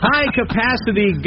High-capacity